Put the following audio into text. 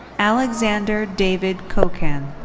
alexander david kokan.